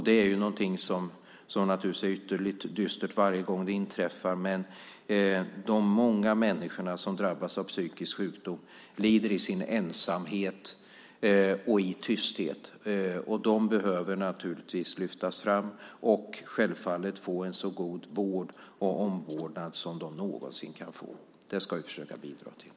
Det är något som är ytterligt dystert varje gång det inträffar, men de många människor som drabbas av psykisk sjukdom lider i sin ensamhet och i tysthet. De behöver lyftas fram och självfallet få en så god vård och omvårdnad som de någonsin kan få. Det ska vi försöka bidra till.